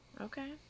Okay